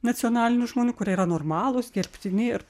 nacionalinių žmonių kurie yra normalūs gerbtini ir